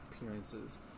appearances